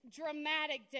dramatic